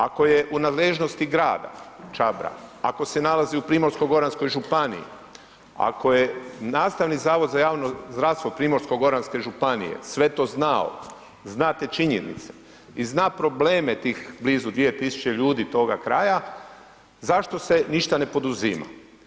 Ako je u nadležnosti grada Čabra, ako se nalazi u Primorsko-goranskoj županiji, ako je Nastavni zavod za javno zdravstvo Primorsko-goranske županije sve to znao, zna te činjenice i zna probleme tih blizu 2000 ljudi toga kraja, zašto se ništa ne poduzima?